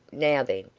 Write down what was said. now, then,